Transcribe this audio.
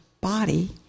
body